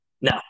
No